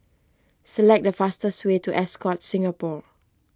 select the fastest way to Ascott Singapore